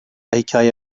hikaye